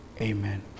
Amen